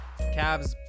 Cavs